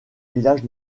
village